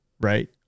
right